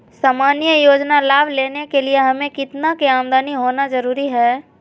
सामान्य योजना लाभ लेने के लिए हमें कितना के आमदनी होना जरूरी है?